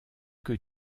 que